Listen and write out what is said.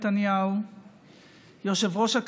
ואנחנו,